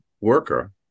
worker